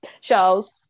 Charles